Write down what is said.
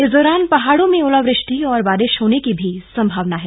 इस दौरान पहाड़ों में ओलावृष्टि और बारिश होने की भी संभावना है